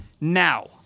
Now